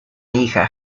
hija